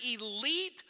elite